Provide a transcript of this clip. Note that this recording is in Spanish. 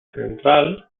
central